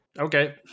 Okay